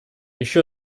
еще